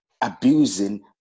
abusing